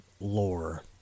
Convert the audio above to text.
lore